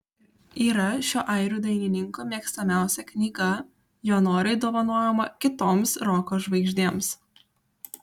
yra šio airių dainininko mėgstamiausia knyga jo noriai dovanojama kitoms roko žvaigždėms